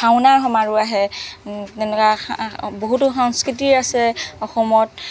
ভাওনাৰ সমাৰোহ আহে তেনেকুৱা বহুতো সাংস্কৃতি আছে অসমত